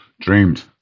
dreamed